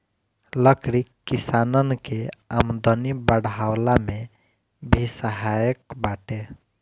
लकड़ी किसानन के आमदनी बढ़वला में भी सहायक बाटे